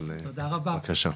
בבקשה.